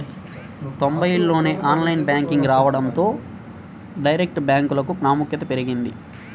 తొంబైల్లోనే online banking రావడంతో direct బ్యాంకులకు ప్రాముఖ్యత పెరిగింది